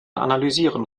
analysieren